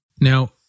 Now